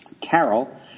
Carol